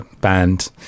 band